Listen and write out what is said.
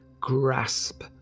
grasp